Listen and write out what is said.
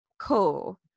cool